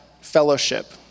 fellowship